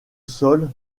sol